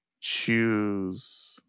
choose